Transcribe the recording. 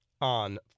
on